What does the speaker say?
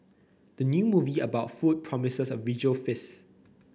the new movie about food promises a visual feast